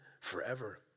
forever